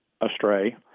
astray